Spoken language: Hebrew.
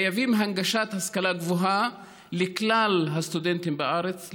אנחנו חייבים להנגיש את ההשכלה הגבוהה לכלל הסטודנטים בארץ,